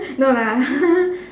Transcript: no lah